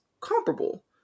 comparable